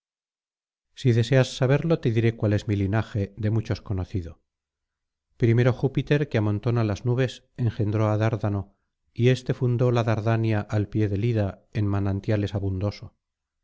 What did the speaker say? si deseas saberlo te diré cuál es mi linaje de muchos conocido primero júpiter que amontona las nubes engendró á dárdano y éste fundó la dardania al pie del ida en manantiales abundoso